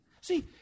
see